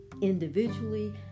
individually